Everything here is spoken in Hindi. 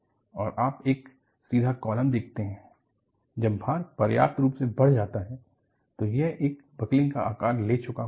और आप एक सीधा कॉलम देखते हैं जब भार पर्याप्त रूप से बढ़ जाता है तो यह एक बकलिंग का आकार ले चुका होता है